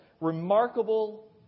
remarkable